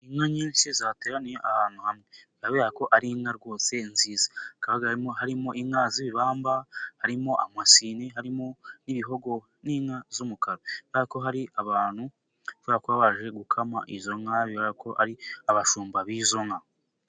Inka nyinshi zateraniye ahantu hamwe, bigaragara ko ari inka rwose nziza. Hakaba harimo inka z'ibibamba, harimo amasini, harimo n'ibihogo n'inka z'umukara. Bigaragara ko hari abantu bashobora kuba baje gukama izo nka, bigaragara ko ari abashumba b'izo nka.